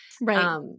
Right